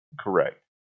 Correct